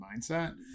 mindset